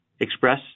Express